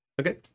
Okay